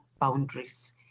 boundaries